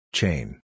Chain